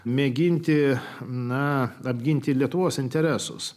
mėginti na apginti lietuvos interesus